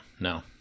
no